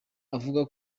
avuga